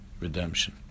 redemption